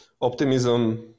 optimism